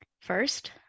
First